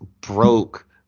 broke